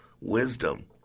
wisdom